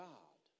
God